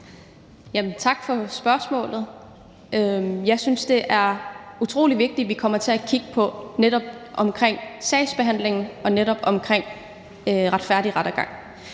Tak for spørgsmålet. Jeg synes, det er utrolig vigtigt, at vi kommer til at kigge på netop det om sagsbehandlingen og på netop det om retfærdig rettergang.